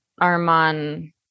Arman